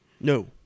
No